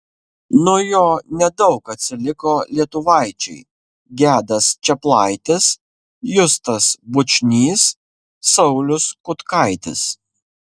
nuo jo nedaug atsiliko lietuvaičiai gedas čeplaitis justas bučnys saulius kutkaitis